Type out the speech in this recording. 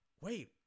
Wait